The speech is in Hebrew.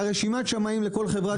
זה שטויות.